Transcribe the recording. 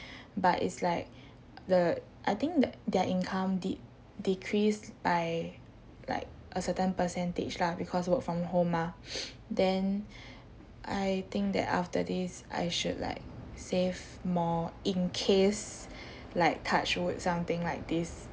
but it's like the I think the their income dec~ decreased by like a certain percentage lah because work from home mah then I think that after this I should like save more in case like touch wood something like this